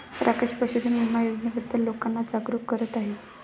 राकेश पशुधन विमा योजनेबद्दल लोकांना जागरूक करत आहे